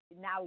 now